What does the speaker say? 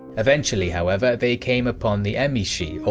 eventually however, they came upon the emishi,